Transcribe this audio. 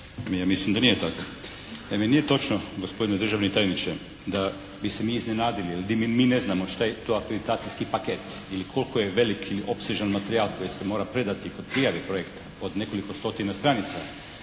Ja mislim da nije tako. Naime nije točno gospodine državni tajniče da bi se mi iznenadili, jer mi ne znamo šta je to akreditacijski paket ili koliko je velik i opsežan materijal koji se mora predati kod prijave projekta od nekoliko stotina stranica.